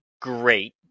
great